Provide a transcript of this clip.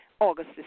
August